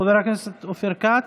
חבר הכנסת אופיר כץ,